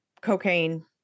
cocaine